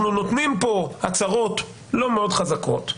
אנחנו נותנים פה הצהרות לא מאוד חזקות,